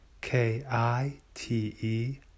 K-I-T-E